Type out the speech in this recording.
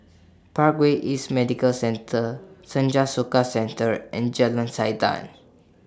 Parkway East Medical Centre Senja Soka Centre and Jalan Siantan